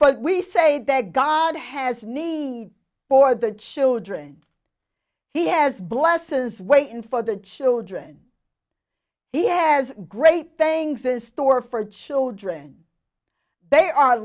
but we say that god has need for the children he has blesses waitin for the children he has great things in store for children they are